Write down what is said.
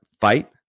fight